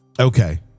Okay